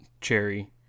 Cherry